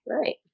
Right